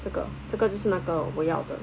这个这个就是那个我要的